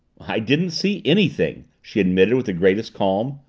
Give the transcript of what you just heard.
i didn't see anything, she admitted with the greatest calm.